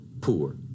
poor